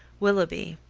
willoughby,